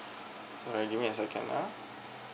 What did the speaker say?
so let give me a second ah